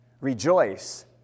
Rejoice